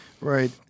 Right